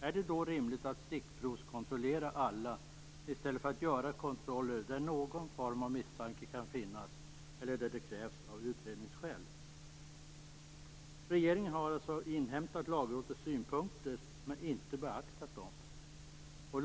Är det då rimligt att stickprovskontrollera alla, i stället för att göra kontroller där någon form av misstanke kan finnas eller där det krävs av utredningsskäl? Regeringen har alltså inhämtat Lagrådets synpunkter, men inte beaktat dem.